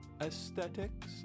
aesthetics